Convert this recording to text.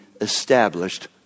established